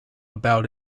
about